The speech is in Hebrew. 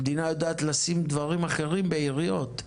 המדינה יודעת לשים דברים אחרים ביריעות,